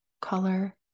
color